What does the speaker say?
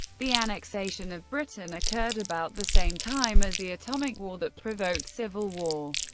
the annexation of britain occurred about the same time as the atomic war that provoked civil war,